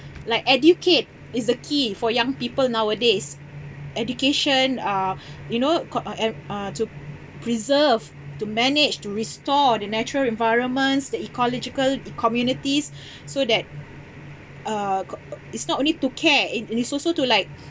like educate is the key for young people nowadays education uh you know co~ uh an~ uh to preserve to manage to restore the natural environments the ecological e-communities so that uh co~ o~ it's not only to care it it is also to like